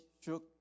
shook